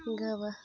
गवा